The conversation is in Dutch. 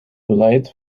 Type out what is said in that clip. beleid